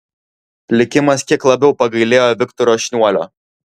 likimas kiek labiau pagailėjo viktoro šniuolio